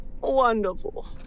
Wonderful